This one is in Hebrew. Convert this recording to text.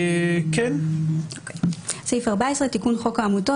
"תיקון חוק העמותות,